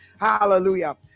Hallelujah